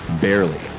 Barely